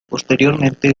posteriormente